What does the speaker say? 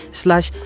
slash